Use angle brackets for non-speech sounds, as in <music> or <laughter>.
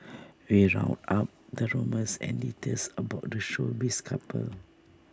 we round up the rumours and details about the showbiz couple <noise>